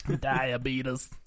Diabetes